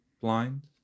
blind